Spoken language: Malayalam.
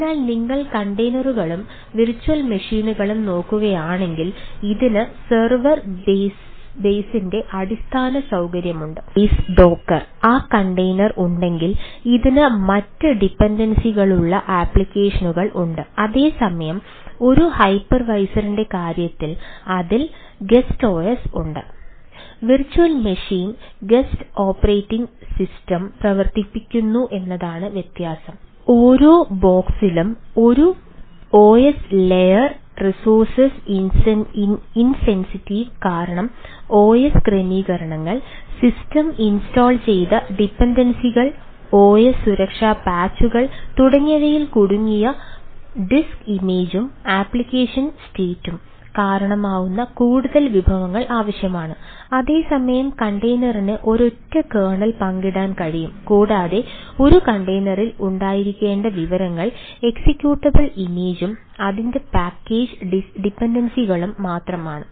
അതിനാൽ നിങ്ങൾ കണ്ടെയ്നറുകളുംഉണ്ട് വിർച്വൽ മെഷീൻ മാത്രമാണ്